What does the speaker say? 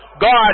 God